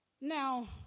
Now